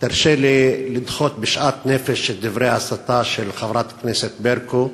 תרשה לי לדחות בשאט נפש את דברי ההסתה של חברת הכנסת ברקו.